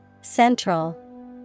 Central